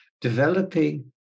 developing